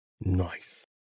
Nice